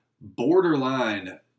borderline